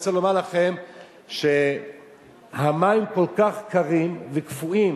אני רוצה לומר לכם שהמים כל כך קרים וקפואים,